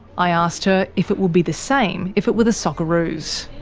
i asked her if it would be the same if it were the socceroos.